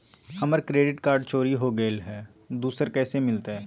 हमर credit card चोरी हो गेलय हई, दुसर कैसे मिलतई?